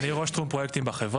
אני ראש תחום פרויקטים בחברה,